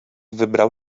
wybrał